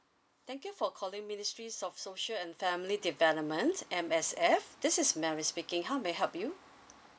thank you for calling ministry of social and family development M_S_F this is mary speaking how may I help you